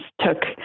took